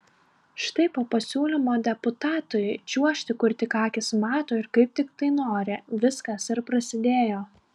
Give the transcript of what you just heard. štai po pasiūlymo deputatui čiuožti kur tik akys mato ir kaip tik tai nori viskas ir prasidėjo